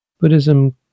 Buddhism